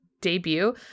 debut